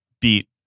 Beat